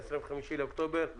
25 באוקטובר 2020,